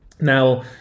Now